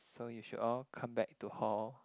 so you should all come back to hall